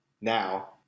now